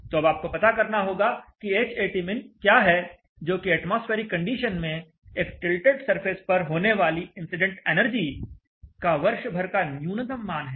तो अब आपको पता करना होगा कि Hatmin क्या है जो कि एटमॉस्फेरिक कंडीशन में एक टिल्टेड सरफेस पर होने वाली इंसिडेंट एनर्जी का वर्षभर का न्यूनतम मान है